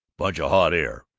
bunch of hot air!